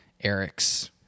Eric's